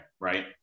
right